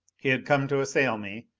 he had come to assail me.